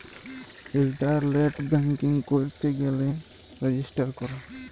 ইলটারলেট banking ক্যইরতে গ্যালে register ক্যরে